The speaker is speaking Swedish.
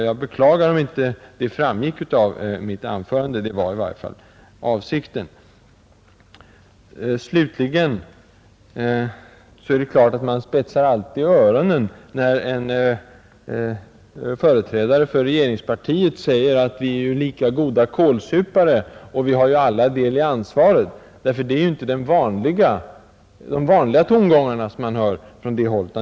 Jag beklagar om inte detta framgick av mitt anförande — det var i varje fall avsikten. Slutligen är det klart att man alltid spetsar öronen när en företrädare för regeringspartiet säger att vi är lika goda kålsupare och att vi alla har del i ansvaret. Det är ju inte de vanliga tongångarna från det hållet.